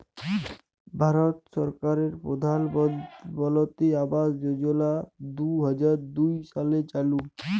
ভারত সরকারের পরধালমলত্রি আবাস যজলা দু হাজার দু সালে চালু